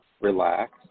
Relax